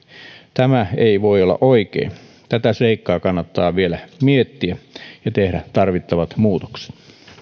tämä ei voi olla oikein kannattaa vielä miettiä tätä seikkaa ja tehdä tarvittavat muutokset